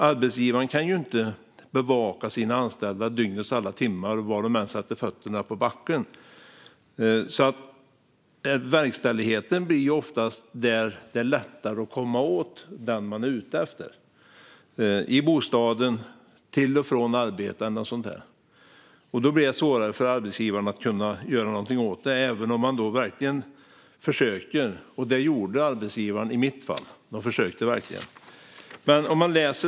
Arbetsgivaren kan ju inte bevaka sina anställda dygnets alla timmar och var de än sätter fötterna på backen, så verkställigheten blir oftast där det är lättare att komma åt den man är ute efter: i bostaden, på väg till och från arbetet och så vidare. Då blir det svårare för arbetsgivaren att göra något åt det, även om man verkligen försöker. Det gjorde arbetsgivaren i mitt fall. Man försökte verkligen.